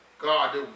God